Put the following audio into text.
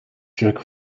jerk